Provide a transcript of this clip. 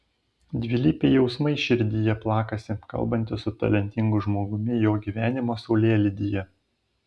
dvilypiai jausmai širdyje plakasi kalbantis su talentingu žmogumi jo gyvenimo saulėlydyje